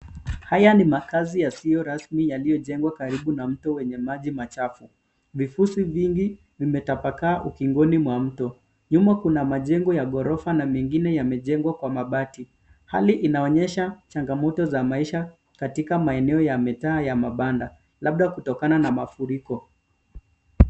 Haya ni makazi yasiyo rasmi yaliyojengwa karibu na mto wenye maji machafu. Vifusi vingi vimetapakaa ukingoni mwa mto. Nyuma kuna majengo ya ghorofa na mengine yamejengwa kwa mabati. Hali inaonyesha changamoto ya maisha katika maeneo ya mitaa ya mabanda, labda kutokana na mafuriko.